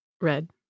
Red